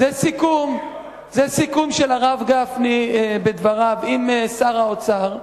זה סיכום של הרב גפני בדבריו עם שר האוצר.